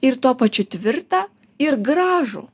ir tuo pačiu tvirtą ir gražų